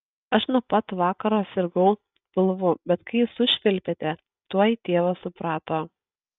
aš nuo pat vakaro sirgau pilvu bet kai sušvilpėte tuoj tėvas suprato